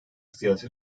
siyasi